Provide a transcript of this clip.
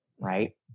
right